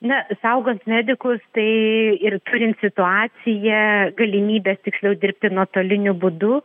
na saugant medikus tai ir turint situaciją galimybes tiksliau dirbti nuotoliniu būdu